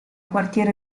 quartiere